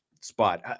spot